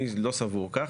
אני לא סבור כך,